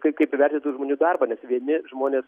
kaip kaip įvertint tų žmonių darbą nes vieni žmonės